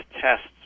tests